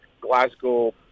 Glasgow